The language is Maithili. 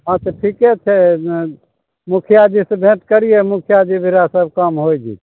अच्छा ठीके छै मुखिया जीसँ भेन्ट करियै मुखिया जी भीरय तब काम होइ जेतय